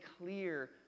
clear